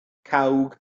cawg